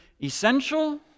essential